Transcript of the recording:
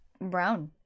brown